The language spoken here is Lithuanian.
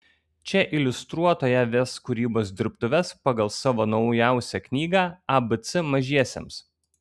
čia iliustruotoja ves kūrybos dirbtuves pagal savo naujausią knygą abc mažiesiems